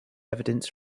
evidence